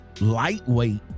lightweight